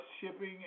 shipping